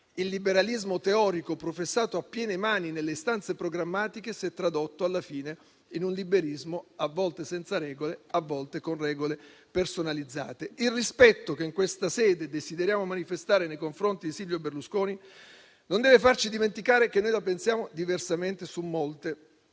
Il liberalismo teorico, professato a piene mani nelle istanze programmatiche, si è tradotto alla fine in un liberismo a volte senza regole, a volte con regole personalizzate. Il rispetto che in questa sede desideriamo manifestare nei confronti Silvio Berlusconi non deve farci dimenticare che noi la pensiamo diversamente su molte